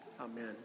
Amen